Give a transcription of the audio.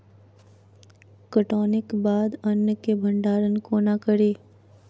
कटौनीक बाद अन्न केँ भंडारण कोना करी?